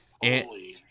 Holy